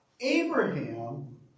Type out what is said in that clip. Abraham